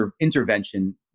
intervention